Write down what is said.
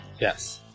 Yes